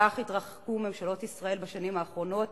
כך התרחקו ממשלות ישראל בשנים האחרונות